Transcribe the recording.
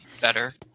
better